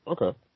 okay